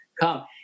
come